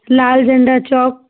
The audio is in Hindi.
लाल झंडा चौक